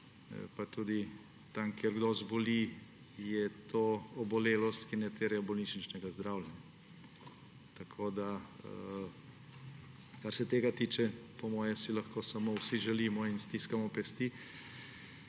Pa tudi tam, kjer kdo zboli, je to obolelost, ki ne terja bolnišničnega zdravljenja. Kar se tega tiče, si po mojem lahko samo vsi želimo in stiskamo pesti,